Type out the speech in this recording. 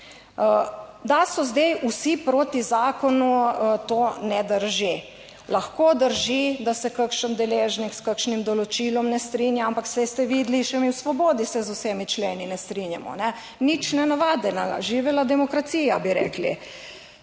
Da so zdaj vsi proti zakonu, to ne drži. Lahko drži, da se kakšen deležnik s kakšnim določilom ne strinja, ampak saj ste videli, še mi v Svobodi se z vsemi členi ne strinjamo. Nič nenavadnega. Živela demokracija, bi rekli.